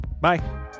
Bye